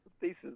thesis